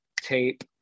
tape